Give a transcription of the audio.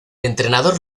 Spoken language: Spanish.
entrenador